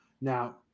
Now